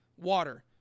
water